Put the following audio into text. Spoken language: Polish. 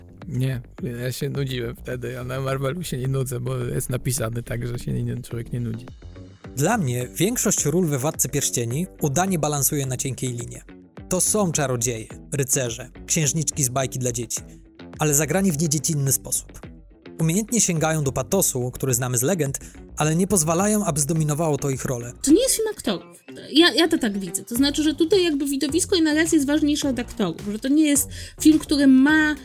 Nie, ja się nudziłem wtedy. Ja na Marvelu się nie nudzę, bo jest napisane tak, że się nie- człowiek nie nudzi. Dla mnie większość ról we Władcy Pierścieni udanie balansuje na cienkiej linie. To są czarodzieje, rycerze, księżniczki z bajki dla dzieci, ale zagrani w niedziecinny sposób. Umiejętnie sięgają do patosu, który znamy z legend, ale nie pozwalają, aby zdominowało to ich rolę. To nie jest film aktorów. Ja- ja to tak widzę. To znaczy, że tutaj jakby widowisko i narracja jest ważniejsze od aktorów, że to nie jest film, który ma-